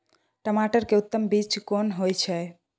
टमाटर के उत्तम बीज कोन होय है?